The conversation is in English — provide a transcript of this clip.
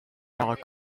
not